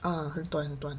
嗯很短很短